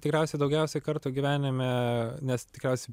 tikriausiai daugiausiai kartų gyvenime nes tikriausiai